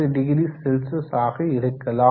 60C ஆக இருக்கலாம்